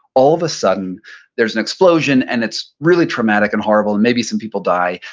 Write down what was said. all of a sudden there's an explosion, and it's really traumatic and horrible, and maybe some people die.